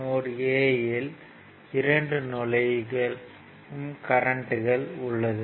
note a இல் இரண்டு நுழையும் கரண்ட்கள் உள்ளது